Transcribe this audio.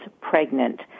pregnant